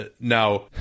Now